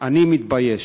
אני מתבייש,